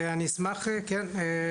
אני אשמח כן,